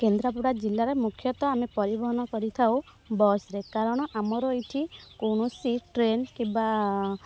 କେନ୍ଦ୍ରାପଡ଼ା ଜିଲ୍ଲାରେ ମୁଖ୍ୟତଃ ଆମେ ପରିବହନ କରିଥାଉ ବସ୍ରେ କାରଣ ଆମର ଏଇଠି କୌଣସି ଟ୍ରେନ୍ କିମ୍ବା